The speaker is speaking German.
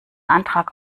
antrag